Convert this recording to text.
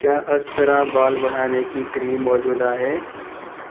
کیا استرا بال بڑھانے کی کریم موجود ہے